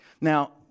Now